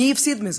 מי יפסיד מזה?